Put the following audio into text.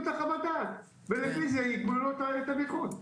את חוות הדעת ולפי זה יקבעו את הנכות?